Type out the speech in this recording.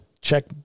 check